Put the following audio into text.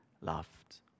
loved